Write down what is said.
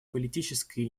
политической